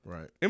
Right